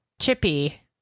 Chippy